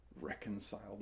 reconciled